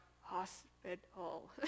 hospital